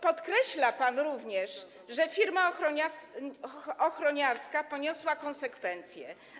Podkreśla pan również, że firma ochroniarska poniosła konsekwencje.